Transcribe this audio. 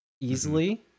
easily